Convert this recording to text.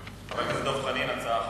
חבר הכנסת דב חנין, הצעה אחרת.